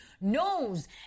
knows